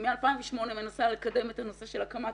אני מ-2008 מנסה לקדם את הנושא של הקמת